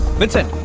vincent